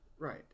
right